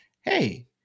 hey